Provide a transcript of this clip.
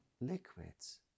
liquids